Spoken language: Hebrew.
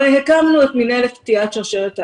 הרי הקמנו את מנהלת קטיעת שרשרת ההדבקה.